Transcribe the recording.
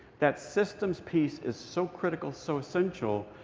that systems piece is so critical, so essential,